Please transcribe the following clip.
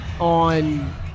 on